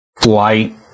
flight